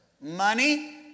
Money